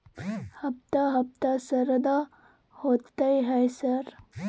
हफ्ता हफ्ता शरदा होतय है सर?